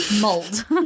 mold